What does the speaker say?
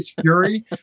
fury